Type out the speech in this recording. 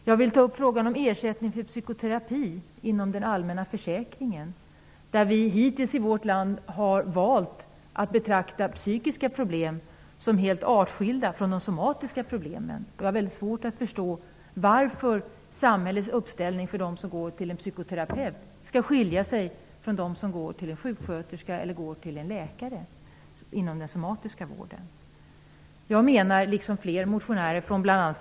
Jag vill ta upp frågan om ersättning för psykoterapi inom den allmänna försäkringen. Hittills har vi i vårt land valt att betrakta psykiska problem som helt artskilda från de somatiska problemen. Jag har väldigt svårt att förstå varför samhällets inställning till dem som går till en psykoterapeut skall skilja sig från inställningen till dem som går till en sjuksköterska eller en läkare inom den somatiska vården. Jag, liksom motionärer från bl.a.